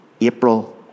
April